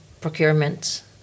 procurement